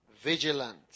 Vigilant